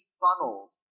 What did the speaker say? funneled